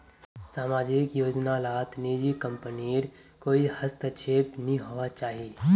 सामाजिक योजना लात निजी कम्पनीर कोए हस्तक्षेप नि होवा चाहि